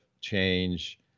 change